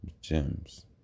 gems